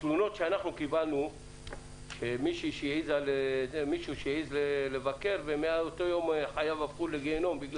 אנחנו קיבלנו תלונות של מישהו שהעז לבקר ומאז חייו הפכו לגיהינום.